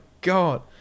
God